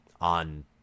on